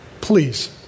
please